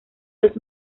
los